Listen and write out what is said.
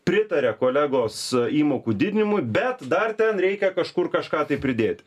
pritaria kolegos įmokų didinimui bet dar ten reikia kažkur kažką tai pridėti